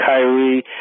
Kyrie